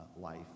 life